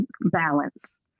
balance